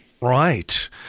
Right